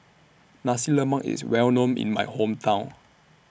Nasi Lemak IS Well known in My Hometown